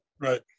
Right